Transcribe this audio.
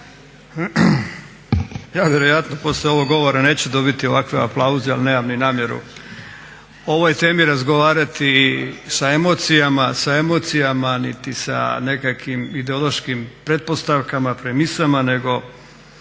Ja vjerojatno poslije ovog govora neću dobiti ovakve aplauze ali nemam ni namjeru o ovoj temi razgovarati sa emocijama, sa emocijama niti sa nekakvim ideološkim pretpostavkama, premisama nego